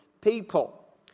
people